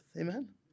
amen